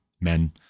men